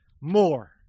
more